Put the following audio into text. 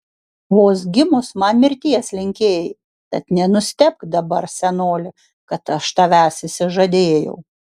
vos gimus man mirties linkėjai tad nenustebk dabar senoli kad aš tavęs išsižadėjau